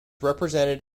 represented